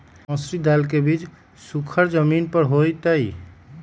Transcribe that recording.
मसूरी दाल के बीज सुखर जमीन पर होतई?